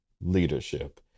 leadership